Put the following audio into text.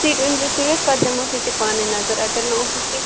receipt أنزیٚو سۭتۍ پتہٕ دمہوس ییٚتی پانے نظر اگر نہٕ اوسُس کیٚنٛہہ